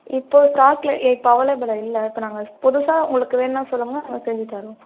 இப்போது ஸ்டாக்கில் இப்போது அவைலபிளில் இல்லை இப்போ நாங்கள் புதுசாக உங்களுக்கு வேணும்னா சொல்லுங்கள் நாங்கள் செஞ்சு தர்றோம்